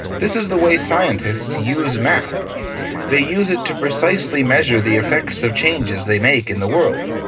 this is the way scientists use math they use it to precisely measure the effects of changes they make in the world,